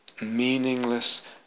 meaningless